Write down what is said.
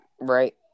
Right